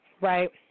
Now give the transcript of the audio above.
right